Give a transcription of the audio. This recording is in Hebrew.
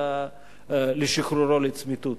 אלא לשחרורו לצמיתות.